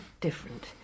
different